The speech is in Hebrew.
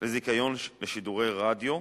לזיכיון לשידורי רדיו.